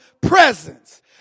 presence